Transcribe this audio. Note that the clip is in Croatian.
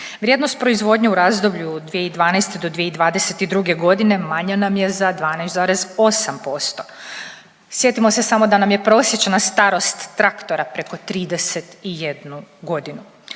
Vrijednost proizvodnje u razdoblju od 2012. do 2022. godine manja nam je za 12,8%. Sjetimo se samo da nam je prosječna starost traktora preko 31 godinu,